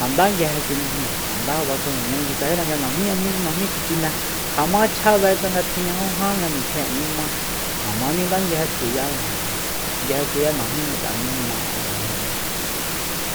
ja nda nguije kui najmi ja nda basenjuña nguisajira nga najmíña mí najmí xi chine ja ma chjabe tsanga tjinña jo jan nga nitjin'e nima ja ma ninda nguije tkuya ijin nguije tkuya najmí ngat'a'e nima ayajnu ku ja